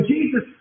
Jesus